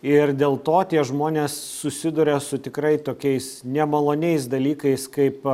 ir dėl to tie žmonės susiduria su tikrai tokiais nemaloniais dalykais kaip